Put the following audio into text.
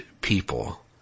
people